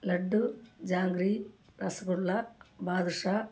laddu jangiri rasgulla பாதுஷா